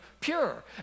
pure